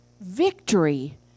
victory